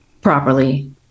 properly